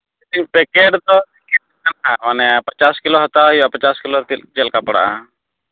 packet ᱫᱚ ᱪᱮᱫᱞᱮᱠᱟ ᱢᱟᱱᱮ ᱯᱟᱪᱟᱥ ᱠᱤᱞᱳ ᱦᱟᱛᱟᱣ ᱦᱩᱭᱩᱜᱼᱟ ᱯᱟᱪᱟᱥ ᱠᱤᱞᱳ ᱨᱮ ᱪᱮᱫ ᱞᱮᱠᱟ ᱯᱟᱲᱟᱜᱼᱟ